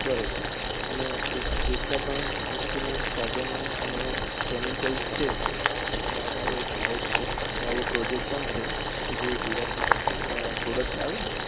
બરોબર અને જેટલા પણ ઇન્સ્ટ્રુમેન્ટ સાધનો અને કેમિકલ્સ છે એમાં અમારો એક નવો નવો પ્રોજેકટ પણ છે કે જે જીરા સોડાની પ્રોડક્ટ આવે ને